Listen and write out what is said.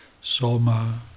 Soma